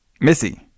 Missy